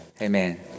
Amen